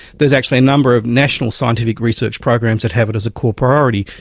there's actually a number of national scientific research programs that have it as a core priority.